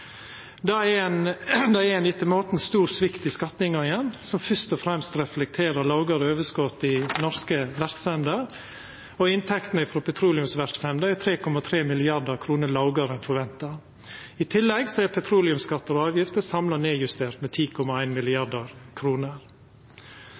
Det er ein etter måten stor svikt i skatteinngangen, som fyrst og fremst reflekterer lågare overskot i norske verksemder, og inntektene frå petroleumsverksemda er 3,3 mrd. kr lågare enn forventa. I tillegg er petroleumsskattar og -avgifter samla nedjusterte med